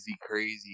crazy